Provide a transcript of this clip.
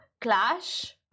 clash